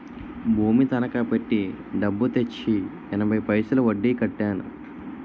భూమి తనకా పెట్టి డబ్బు తెచ్చి ఎనభై పైసలు వడ్డీ కట్టాను